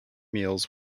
meals